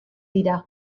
dira